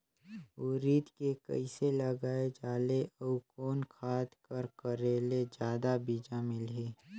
उरीद के कइसे लगाय जाले अउ कोन खाद कर करेले जादा बीजा मिलही?